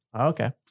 Okay